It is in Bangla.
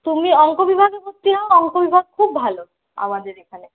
তুমি অঙ্ক বিভাগে ভর্তি হও অঙ্ক বিভাগ খুব ভালো আমাদের এখানে